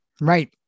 Right